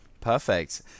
Perfect